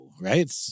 right